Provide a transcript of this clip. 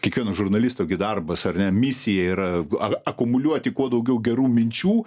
kiekvieno žurnalisto darbas ar ne misija ir akumuliuoti kuo daugiau gerų minčių